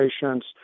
patients